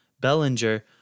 Bellinger